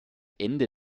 ende